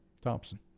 Thompson